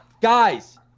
guys